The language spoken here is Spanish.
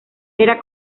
era